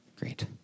great